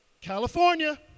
California